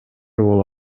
боло